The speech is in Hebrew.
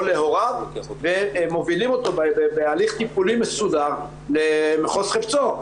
להוריו והם מובילים אותו בהליך טיפולי מסודר למחוז חפצו.